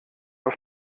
auf